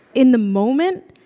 in the moment,